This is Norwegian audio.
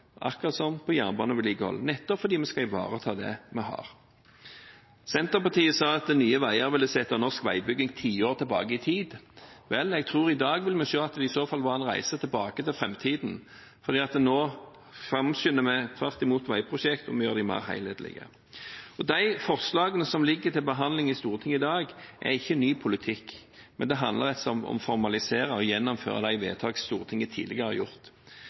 Senterpartiet sa at Nye Veier ville sette norsk veibygging tiår tilbake i tid. Vel, jeg tror at i dag vil man se at de i så fall får en reise tilbake til framtiden, for nå framskynder vi tvert imot veiprosjekt, og vi gjør dem mer helhetlige. De forslagene som ligger til behandling i Stortinget i dag, er ikke ny politikk, men det handler rett og slett om å formalisere og gjennomføre de vedtak Stortinget tidligere har gjort.